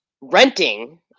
Renting